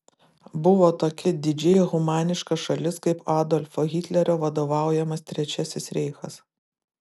buvo tokia didžiai humaniška šalis kaip adolfo hitlerio vadovaujamas trečiasis reichas